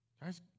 Guys